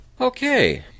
Okay